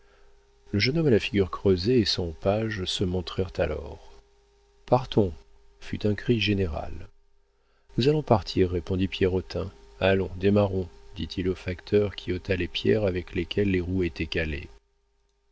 le jeune homme à la figure creusée et son page se montrèrent alors partons fut un cri général nous allons partir répondit pierrotin allons démarrons dit-il au facteur qui ôta les pierres avec lesquelles les roues étaient